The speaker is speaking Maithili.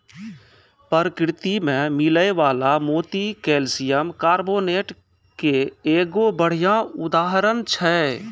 परकिरति में मिलै वला मोती कैलसियम कारबोनेट के एगो बढ़िया उदाहरण छै